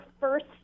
first